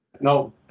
No